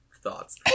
thoughts